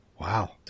Wow